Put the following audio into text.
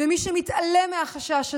מי שמתעלם מהחשש הזה,